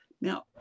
Now